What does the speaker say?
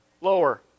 Lower